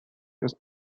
his